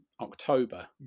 October